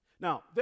Now